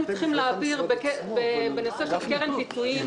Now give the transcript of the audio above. צריכים להעביר בנושא של קרן פיצויים,